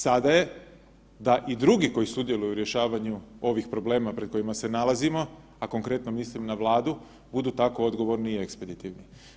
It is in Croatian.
Sada je da i drugi koji sudjeluju u rješavanju ovih problema pred kojima se nalazimo, a konkretno mislim na Vladu, budu tako odgovorni i ekspeditivni.